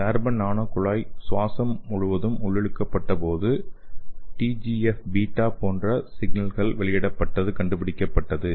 carbon nano குழாய் சுவாசம் மூலம் உள்ளிழுக்கப்பட்ட போது TGFß போன்ற சிக்னல் வெளியிடப்பட்டது கண்டுபிடிக்கப்பட்டது